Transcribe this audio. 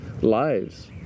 lives